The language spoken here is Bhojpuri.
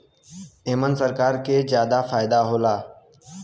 एमन सरकार के जादा फायदा होला